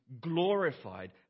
glorified